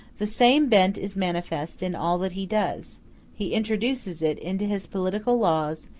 the same bent is manifest in all that he does he introduces it into his political laws,